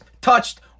touched